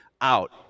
out